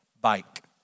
bike